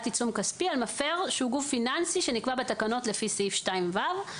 עיצום כספי על מפר שהוא גוף פיננסי שנקבע בתקנות לפי סעיף 2(ו).